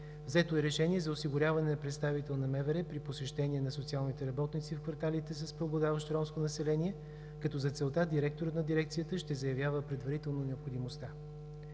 Взето е решение за осигуряване на представител на МВР при посещение на социалните работници в кварталите с преобладаващо ромско население, като за целта директорът на дирекцията ще заявява предварително необходимостта.